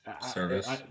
Service